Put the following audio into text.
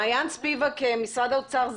מעיין ספיבק, משרד האוצר.